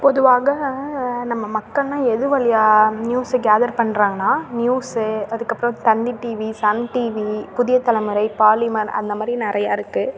பொதுவாக நம்ம மக்களெலாம் எது வழியா நியூஸ்ஸை கேதர் பண்றாங்கன்னா நியூஸு அதுக்கப்புறம் Thanthi TV Sun TV Puthiya Thalaimurai Polimer அந்த மாதிரி நிறையா இருக்குது